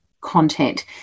content